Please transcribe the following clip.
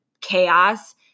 chaos